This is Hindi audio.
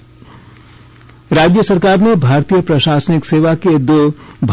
तबादला राज्य सरकार ने भारतीय प्रशासनिक सेवा के दो